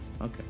okay